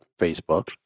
Facebook